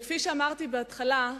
כפי שאמרתי בהתחלה,